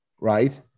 right